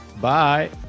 bye